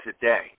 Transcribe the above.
today